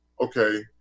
okay